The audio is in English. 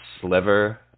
sliver